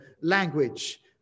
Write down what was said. language